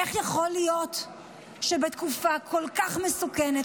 איך יכול להיות שבתקופה כל כך מסוכנת,